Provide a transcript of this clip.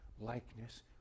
likeness